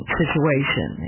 situation